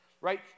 right